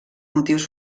motius